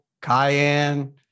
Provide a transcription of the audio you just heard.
cayenne